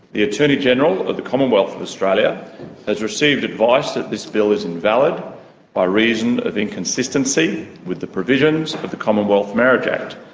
the attorney general of the commonwealth of australia has received advice that this bill is invalid by reason of inconsistency with the provisions of the commonwealth marriage act,